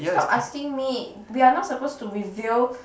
stop asking me we are not supposed to reveal